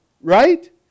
right